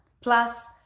plus